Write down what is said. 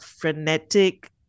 frenetic